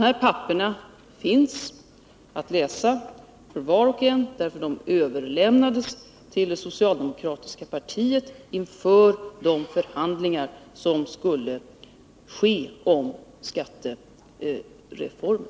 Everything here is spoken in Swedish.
Dessa papper finns att läsa för var och en, därför att de överlämnades till det socialdemokratiska partiet inför de förhandlingar som skulle ske om skattereformen.